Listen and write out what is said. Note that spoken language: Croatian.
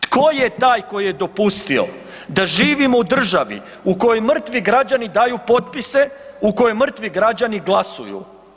Tko je taj koji je dopustio da živimo u državu u kojoj mrtvi građani daju potpise, u kojoj mrtvi građani glasuju?